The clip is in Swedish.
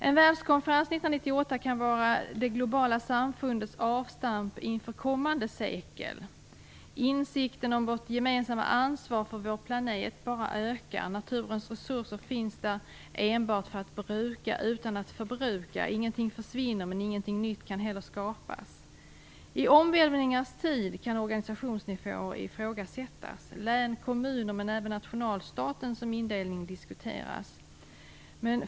En världskonferens 1998 kan vara det globala samfundets avstamp inför kommande sekel. Insikten om vårt gemensamma ansvar för vår planet bara ökar. Naturens resurser finns där enbart för att bruka utan att förbruka - ingenting försvinner, men ingenting nytt kan heller skapas. I omvälvningars tid kan organisationsnivåer ifrågasättas. Län, kommuner men även nationalstaten som indelning diskuteras.